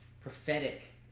prophetic